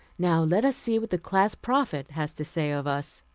now let us see what the class prophet has to say of us.